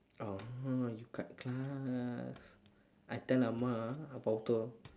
orh you cut class I tell amma ah I pau toh